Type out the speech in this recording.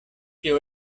tio